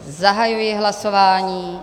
Zahajuji hlasování.